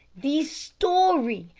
the story!